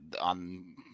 On